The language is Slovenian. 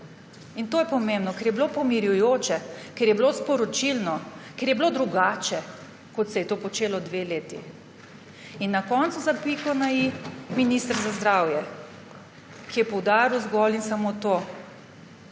To je pomembno, ker je bilo pomirjujoče, ker je bilo sporočilno, ker je bilo drugače, kot se je to počelo dve leti. In na koncu za piko na i minister za zdravje, ki je poudaril zgolj in samo to: